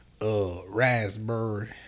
raspberry